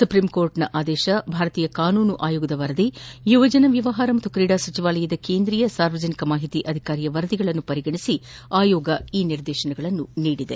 supreme court ಆದೇಶ ಭಾರತೀಯ ಕಾನೂನು ಆಯೋಗದ ವರದಿ ಯುವಜನ ವ್ಯವಹಾರ ಮತ್ತು ಕ್ರೀಡಾ ಸಚಿವಾಲಯದ ಕೇಂದ್ರೀಯ ಸಾರ್ವಜನಿಕ ಮಾಹಿತಿ ಅಧಿಕಾರಿಯ ವರದಿಗಳನ್ನು ಪರಿಗಣಿಸಿ ಆಯೋಗ ಈ ನಿರ್ದೇಶನ ನೀಡಿದೆ